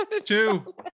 two